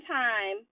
time